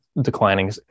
declining